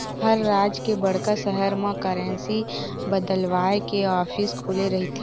हर राज के बड़का सहर म करेंसी बदलवाय के ऑफिस खुले रहिथे